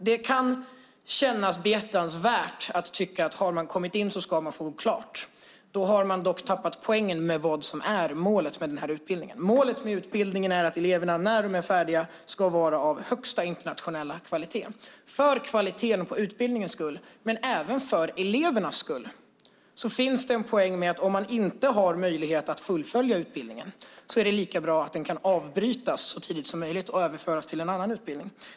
Det kan kännas behjärtansvärt, och man kan tycka att om eleven har kommit in ska han eller hon få gå klart. Då har man dock tappat poängen med vad som är målet med utbildningen. Målet med utbildningen är att eleverna när de är färdiga ska vara av högsta internationella kvalitet. För utbildningens kvalitets skull men även för elevernas skull finns det en poäng med detta. Om man inte har möjlighet att fullfölja utbildningen är det lika bra att den kan avbrytas så tidigt som möjligt och överföras till en annan utbildning.